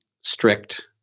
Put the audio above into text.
strict